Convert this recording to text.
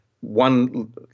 one